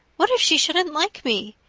what if she shouldn't like me!